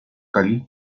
cali